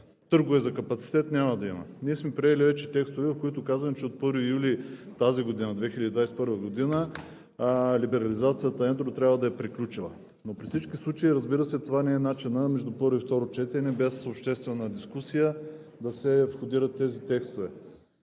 търгове за капацитет няма да има. Ние вече сме приели текстове, в които казваме, че от 1 юли тази година – 2021-а, либерализацията на едро трябва да е приключила. Но при всички случаи, разбира се, това не е начинът – между първо и второ четене, без обществена дискусия да се входират тези текстове.